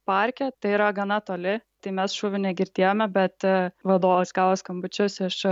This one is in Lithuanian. parke tai yra gana toli tai mes šūvių negirdėjome bet vadovas gavo skambučius iš